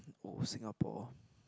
old Singapore